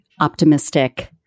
optimistic